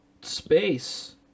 Space